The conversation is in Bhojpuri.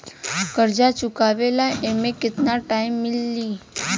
कर्जा चुकावे ला एमे केतना टाइम मिली?